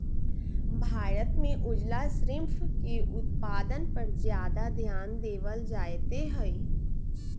भारत में उजला श्रिम्फ के उत्पादन पर ज्यादा ध्यान देवल जयते हई